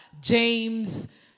James